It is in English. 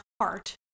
heart